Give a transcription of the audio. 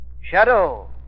Shadow